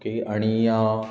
okay आनी